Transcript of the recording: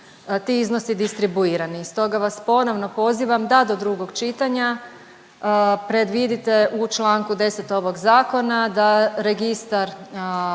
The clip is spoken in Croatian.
ti iznosi distribuirani. Stoga vas ponovno pozivam da do drugog čitanja predvidite u čl. 10 ovog Zakona da registar